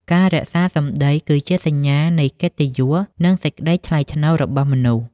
ការរក្សាសម្ដីគឺជាសញ្ញានៃកិត្តិយស និងសេចក្ដីថ្លៃថ្នូររបស់មនុស្ស។